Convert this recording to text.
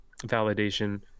validation